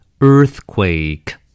Earthquake